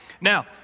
Now